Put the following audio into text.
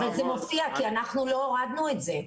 אבל זה מופיע, כי אנחנו לא הורדנו את זה.